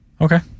Okay